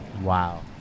Wow